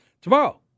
Tomorrow